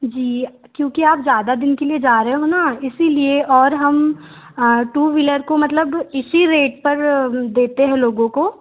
जी क्योंकि आप ज़्यादा दिन के लिए जा रहे हो न इसलिए और हम टू वीलर को मतलब इसी रेट पर देते हैं लोगों को